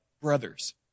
brothers